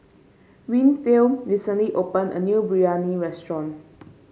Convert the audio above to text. Winfield recently opened a new Biryani restaurant